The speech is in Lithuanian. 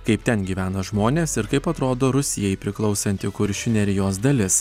kaip ten gyvena žmonės ir kaip atrodo rusijai priklausanti kuršių nerijos dalis